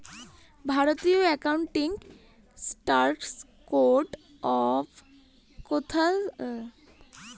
ভারতীয় accounting standard board সব কেনাকাটি দেখে